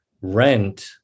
rent